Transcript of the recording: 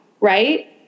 right